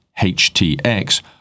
HTX